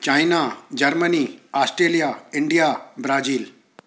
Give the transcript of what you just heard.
China Germany Australia India Brazil